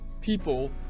people